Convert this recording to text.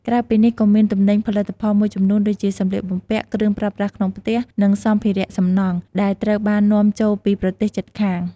ក្រៅពីនេះក៏មាន ទំនិញផលិតមួយចំនួន ដូចជា សម្លៀកបំពាក់ គ្រឿងប្រើប្រាស់ក្នុងផ្ទះ និងសម្ភារៈសំណង់ ដែលត្រូវបាននាំចូលពីប្រទេសជិតខាង។